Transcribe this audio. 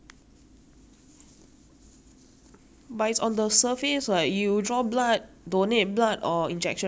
but it's on the surface like you draw blood donate blood or injection right the needle pierces it mah it cannot lah